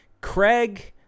Craig